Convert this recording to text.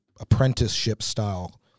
apprenticeship-style